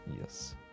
Yes